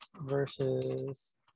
versus